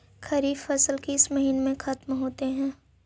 खरिफ फसल किस महीने में ख़त्म होते हैं?